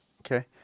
Okay